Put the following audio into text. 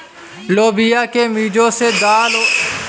लोबिया के बीजो से दाल और दालमोट बनाते है